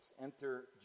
enter